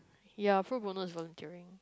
ya Pro-bono is want to tearing me